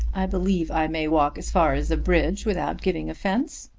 i believe i may walk as far as the bridge without giving offence.